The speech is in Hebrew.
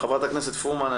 ח"כ פרומן,